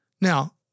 Now